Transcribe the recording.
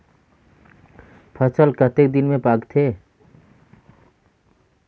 फसल कतेक दिन मे पाकथे?